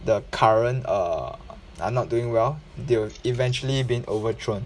the current err are not doing well they will eventually been overthrown